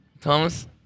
Thomas